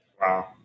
Wow